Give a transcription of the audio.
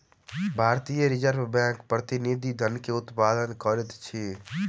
भारतीय Reserve Bank प्रतिनिधि धन के उत्पादन करैत अछि